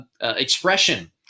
expression